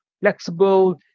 flexible